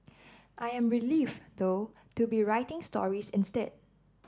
I am relieved though to be writing stories instead